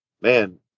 man